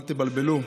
"אל תבלבלו,